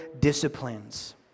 disciplines